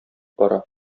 бара